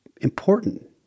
important